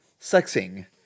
sexing